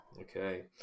Okay